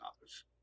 office